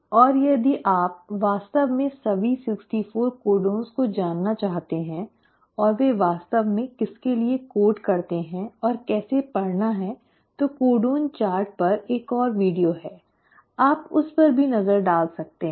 और यदि आप वास्तव में सभी 64 कोडोन को जानना चाहते हैं और वे वास्तव में किसके लिए कोड करते हैं और कैसे पढ़ना है तो कोडन चार्ट पर एक और वीडियो है आप उस पर भी नज़र डाल सकते हैं